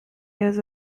years